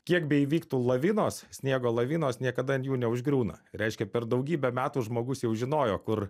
kiek beįvyktų lavinos sniego lavinos niekada ant jų neužgriūna reiškia per daugybę metų žmogus jau žinojo kur